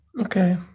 okay